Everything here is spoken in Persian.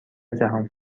جهان